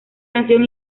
canción